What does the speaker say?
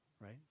right